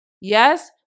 Yes